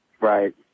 Right